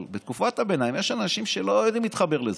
אבל בתקופת הביניים יש אנשים שלא יודעים להתחבר לזה,